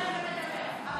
אבל זה בסדר,